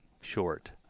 short